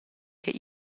che